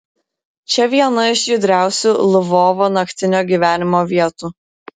čia viena iš judriausių lvovo naktinio gyvenimo vietų